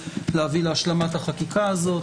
להביא להשלמת החקיקה הזאת.